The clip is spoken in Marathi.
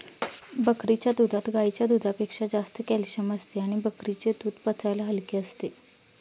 बकरीच्या दुधात गाईच्या दुधापेक्षा जास्त कॅल्शिअम असते आणि बकरीचे दूध पचायला हलके असते